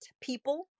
people